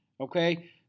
okay